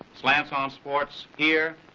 slant on sports here,